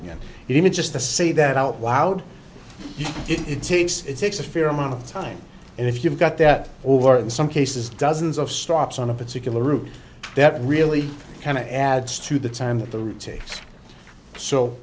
again even just to say that out loud it takes it takes a fair amount of time and if you've got that over and some cases dozens of stops on a particular route that really kind of adds to the time that the